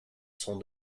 sont